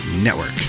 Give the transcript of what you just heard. network